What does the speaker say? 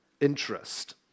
interest